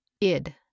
Id